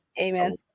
amen